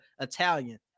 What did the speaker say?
Italian